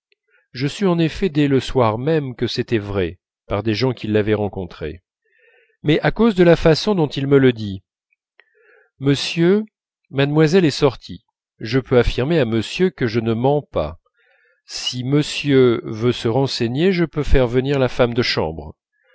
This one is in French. mais à cause de la façon dont il me le dit monsieur mademoiselle est sortie je peux affirmer à monsieur que je ne mens pas si monsieur veut se renseigner je peux faire venir la femme de chambre